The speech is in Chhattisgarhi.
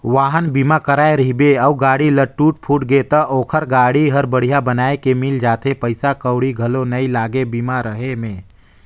वाहन बीमा कराए रहिबे अउ गाड़ी ल टूट फूट गे त ओखर गाड़ी हर बड़िहा बनाये के मिल जाथे पइसा कउड़ी घलो नइ लागे बीमा रहें में